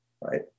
right